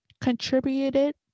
contributed